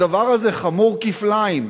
הדבר הזה חמור כפליים.